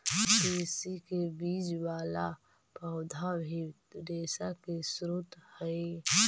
तिस्सी के बीज वाला पौधा भी रेशा के स्रोत हई